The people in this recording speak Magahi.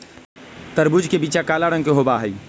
तरबूज के बीचा काला रंग के होबा हई